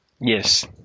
Yes